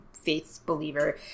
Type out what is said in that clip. faith-believer